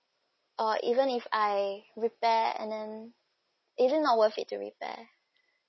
or even if I repair and then is it not worth it to repair